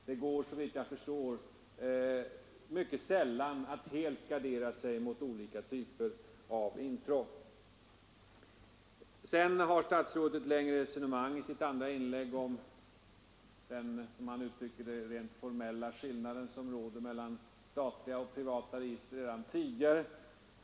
Det går, såvitt jag förstår, sällan att helt gardera sig mot olika typer av intrång. I sitt senaste inlägg förde statsrådet ett längre resonemang om den — som han uttrycker det — rent formella skillnad som redan råder mellan statliga och privata register.